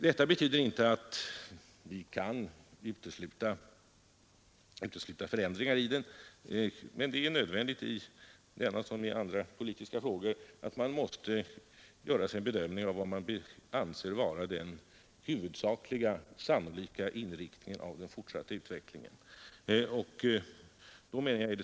Detta betyder inte att vi kan utesluta förändringar i den, men det är nödvändigt i denna som i andra politiska frågor att man gör en bedömning av vad man anser vara den huvudsakliga sannolika inriktningen av den fortsatta utvecklingen.